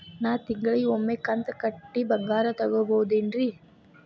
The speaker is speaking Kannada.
ನಾ ತಿಂಗಳಿಗ ಒಮ್ಮೆ ಕಂತ ಕಟ್ಟಿ ಬಂಗಾರ ತಗೋಬಹುದೇನ್ರಿ?